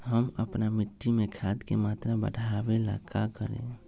हम अपना मिट्टी में खाद के मात्रा बढ़ा वे ला का करी?